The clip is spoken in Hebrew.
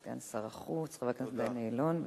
בבקשה, סגן שר החוץ חבר הכנסת דני אילון.